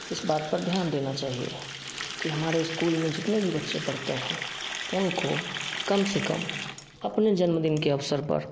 इस बात पर ध्यान देना चाहिए कि हमारे स्कूल में जीतने भी बच्चे पढ़ते हैं उनको कम से कम अपने जन्मदिन के अवसर पर